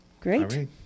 Great